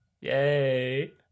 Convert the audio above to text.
Yay